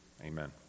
amen